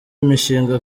imishinga